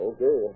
Okay